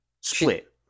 Split